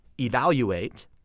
evaluate